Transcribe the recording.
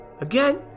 Again